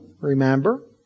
remember